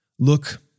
Look